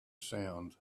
sound